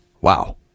Wow